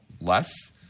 less